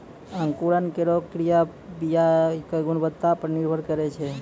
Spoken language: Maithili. अंकुरन केरो क्रिया बीया क गुणवत्ता पर निर्भर करै छै